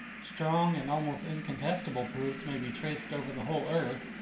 strong and almost incontestable proofs may be traced over the whole earth,